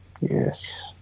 Yes